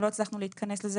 לא הצלחנו להתכנס לזה,